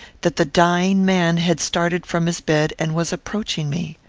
that the dying man had started from his bed and was approaching me.